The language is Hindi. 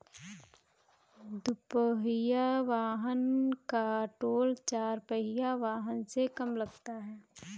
दुपहिया वाहन का टोल चार पहिया वाहन से कम लगता है